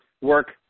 work